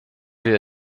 wir